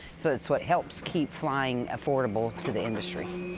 so it's what helps keep flying affordable to the industry.